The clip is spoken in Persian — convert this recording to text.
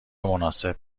مناسب